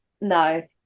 no